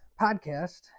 podcast